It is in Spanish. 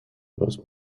los